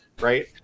right